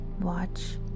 Watch